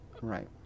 right